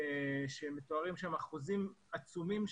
שם מתוארים דיווחי מצוקה באחוזים עצומים.